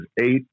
eight